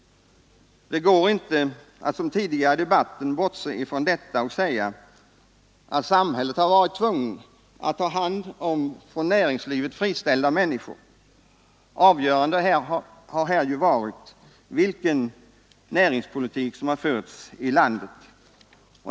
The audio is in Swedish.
Det går inte att — som man försökt göra tidigare i debatten — bortse från detta och säga att samhället har varit tvunget att ta hand om från näringslivet friställda människor. Avgörande har ju här varit den näringspolitik som har förts i landet.